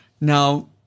Now